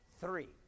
three